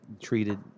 treated